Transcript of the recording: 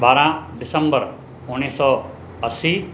ॿारहं डिसंबर उणिवीह सौ असीं